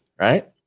right